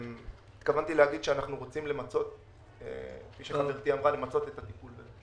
התכוונתי לומר שאנחנו רוצים למצות את הטיפול בזה,